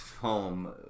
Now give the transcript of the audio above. home